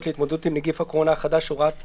להתמודדות עם נגיף הקורונה החדש (הוראת שעה),